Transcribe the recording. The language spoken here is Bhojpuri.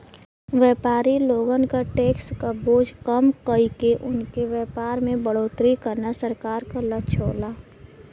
व्यापारी लोगन क टैक्स क बोझ कम कइके उनके व्यापार में बढ़ोतरी करना सरकार क लक्ष्य होला